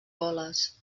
goles